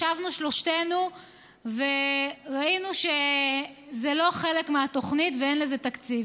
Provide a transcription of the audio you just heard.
ישבנו שלושתנו וראינו שזה לא חלק מהתוכנית ואין לזה תקציב.